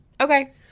Okay